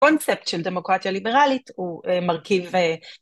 קונצפט של דמוקרטיה ליברלית הוא מרכיב.